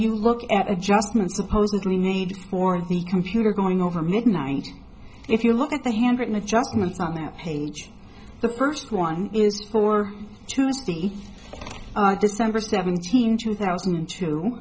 you look at adjustment supposedly need for the computer going over midnight if you look at the handwritten adjustments on that page the first one is for tuesday december seventeenth two thousand and two